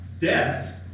death